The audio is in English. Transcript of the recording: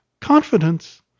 confidence